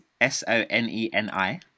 S-O-N-E-N-I